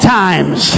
times